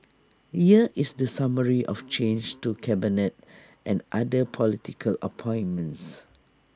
here is the summary of changes to cabinet and other political appointments